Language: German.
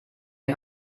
ein